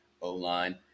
O-line